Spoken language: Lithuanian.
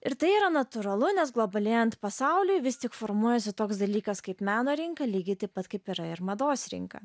ir tai yra natūralu nes globalėjant pasauliui vis cik formuojasi toks dalykas kaip meno rinka lygiai taip pat kaip ir mados rinka